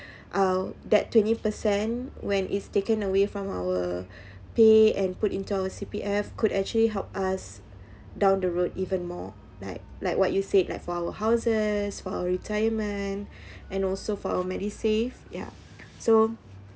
I'll that twenty per cent when is taken away from our pay and put into our C_P_F could actually help us down the road even more like like what you said like for our houses for our retirement and also for our MediSave ya so